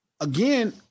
again